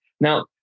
Now